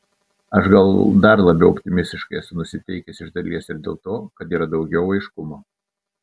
aš gal dar labiau optimistiškai esu nusiteikęs iš dalies ir dėl to kad yra daugiau aiškumo